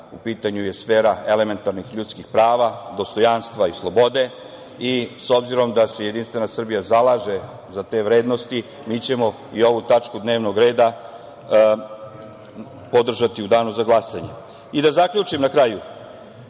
u pitanju je sfera elementarnih ljudskih prava, dostojanstva i slobode i s obzirom da se JS zalaže za te vrednosti mi ćemo i ovu tačku dnevnog reda podržati u danu za glasanje. Da zaključim na kraju.